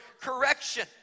correction